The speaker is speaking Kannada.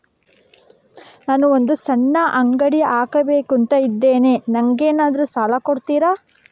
ನಾನು ಒಂದು ಸಣ್ಣ ಅಂಗಡಿ ಹಾಕಬೇಕುಂತ ಇದ್ದೇನೆ ನಂಗೇನಾದ್ರು ಸಾಲ ಕೊಡ್ತೀರಾ?